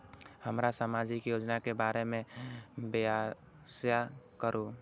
हमरा सामाजिक योजना के बारे में व्याख्या करु?